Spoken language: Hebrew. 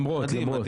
למרות, למרות.